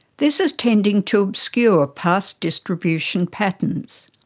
this is tending to obscure past distribution patterns.